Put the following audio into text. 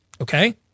Okay